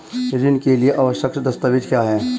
ऋण के लिए आवश्यक दस्तावेज क्या हैं?